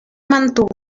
mantuvo